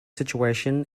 situation